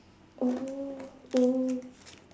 oh oh